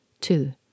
Two